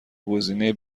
گزینه